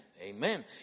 Amen